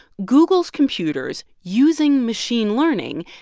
google's computers, using machine learning,